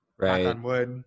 Right